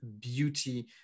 beauty